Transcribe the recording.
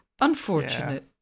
unfortunate